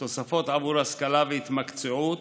תוספות עבור השכלה והתמקצעות: